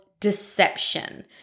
deception